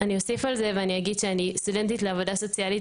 אני אוסיף על זה ואני אגיד שאני סטודנטית לעבודה סוציאלית